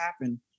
happen